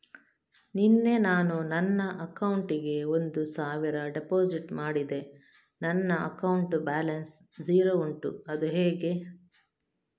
ನಿನ್ನೆ ನಾನು ನನ್ನ ಅಕೌಂಟಿಗೆ ಒಂದು ಸಾವಿರ ಡೆಪೋಸಿಟ್ ಮಾಡಿದೆ ನನ್ನ ಅಕೌಂಟ್ ಬ್ಯಾಲೆನ್ಸ್ ಝೀರೋ ಉಂಟು ಅದು ಹೇಗೆ?